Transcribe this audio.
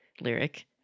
lyric